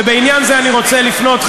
ובעניין זה אני רוצה לפנות,